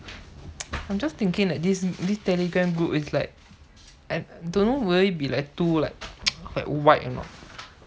I'm just thinking like this this telegram group is like I don't know will it be like too like white or not